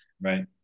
Right